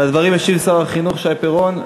על הדברים ישיב שר החינוך שי פירון.